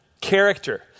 character